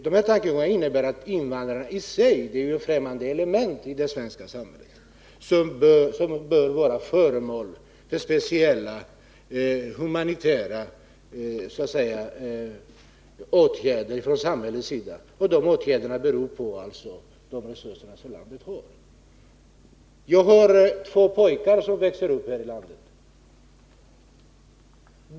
Dessa tankegångar innebär nämligen att invandrarna i sig — de är ju ett fftämmande element i det svenska samhället — bör vara föremål för speciella humanitära åtgärder från samhällets sida. De åtgärderna blir alltså beroende av de resurser som landet har. Jag har två pojkar som växer upp här i landet.